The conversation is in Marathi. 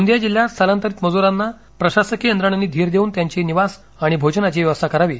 गोंदिया जिल्ह्यात स्थलांतरित मजुरांना प्रशासकीय यंत्रणांनी धीर देऊन त्यांची निवास आणि भोजनाची व्यवस्था करावी